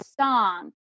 song